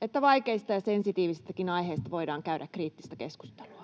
että vaikeista ja sensitiivisistäkin aiheista voidaan käydä kriittistä keskustelua.